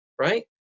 right